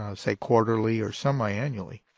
ah say, quarterly or semi-annually.